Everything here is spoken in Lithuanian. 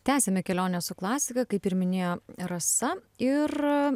tęsiame kelionę su klasika kaip ir minėjo rasa ir